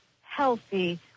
healthy